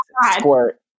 squirt